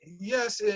yes